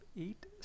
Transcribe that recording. eight